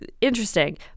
interesting